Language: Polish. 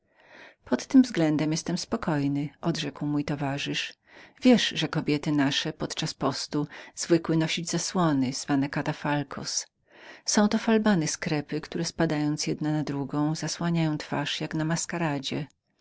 pod tym względem bądź spokojnym odrzekł mój towarzysz wiesz że kobiety nasze podczas postu zwykły nosić zasłony zwane catafalcos są to falbany z krepy które spadając jedna na drugą zasłaniają twarz jak gdyby najdoskonalszą maską